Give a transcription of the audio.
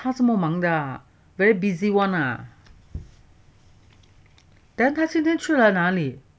他这么忙的啊 very busy [one] lah then 他现在去了哪里